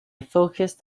focused